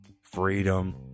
freedom